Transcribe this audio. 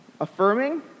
affirming